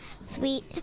Sweet